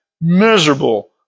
miserable